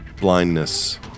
blindness